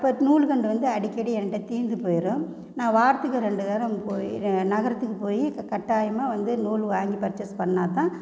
அப்போ நூல்கண்டு வந்து அடிக்கடி ஏன்கிட்ட தீந்து போயிரும் நான் வாரத்துக்கு ரெண்டு தரம் போய் நகரத்துக்கு போய் கட்டாயமாக வந்து நூல் வாங்கி பர்ச்சேஸ் பண்ணால்தான்